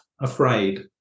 afraid